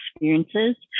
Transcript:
experiences